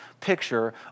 picture